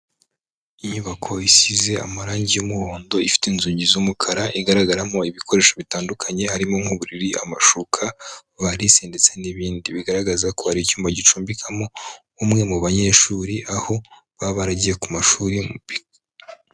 Inyubako isize amarangi y'umuhondo ifite inzugi z'umukara; igaragaramo ibikoresho bitandukanye arimo nk'uburiri, amashuka, varise ndetse n'ibindi. Bigaragaza ko ari icyumba gicumbikamo umwe mu banyeshuri aho baba baragiye ku mashuri.